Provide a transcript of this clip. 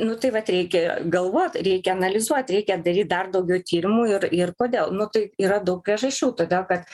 nu tai vat reikia galvot reikia analizuot reikia daryt dar daugiau tyrimų ir ir kodėl nu tai yra daug priežasčių todėl kad